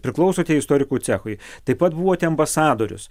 priklausote istorikų cechui taip pat buvote ambasadorius